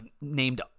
named